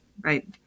Right